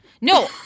No